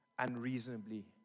unreasonably